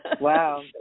Wow